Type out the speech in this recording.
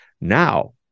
Now